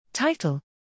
Title